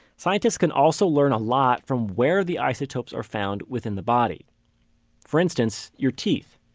scientists can also learn a lot from where the isotopes are found within the body for instance, your teeth.